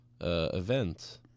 Event